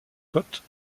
côte